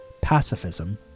pacifism